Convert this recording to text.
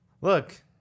Look